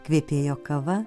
kvepėjo kava